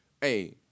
Hey